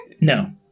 No